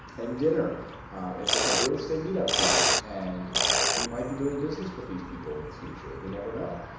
and dinner at different real estate meet-up groups, and we might be doing business with these people in the future. we never know.